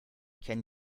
can